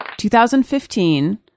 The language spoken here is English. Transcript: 2015